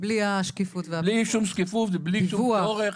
בלי שום שקיפות ובלי שום צורך.